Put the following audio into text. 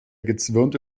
gezwirnte